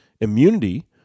immunity